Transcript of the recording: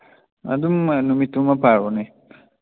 ꯑꯗꯨꯝ ꯅꯨꯃꯤꯠꯇꯨꯃ ꯄꯥꯔꯣꯅꯦ